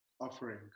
offering